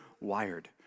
wired